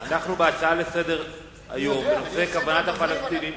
אנחנו בהצעה לסדר-היום בנושא כוונת הפלסטינים,